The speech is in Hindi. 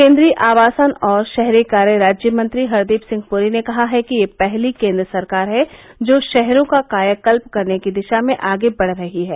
केन्द्रीय आवासन और शहरी कार्य राज्यमंत्री हरदीप सिंह पूरी ने कहा है कि यह पहली केन्द्र सरकार है जो शहरों का कायाकल्प करने की दिशा में आगे बढ़ रही है